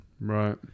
Right